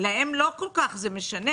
להם זה לא כל כך משנה.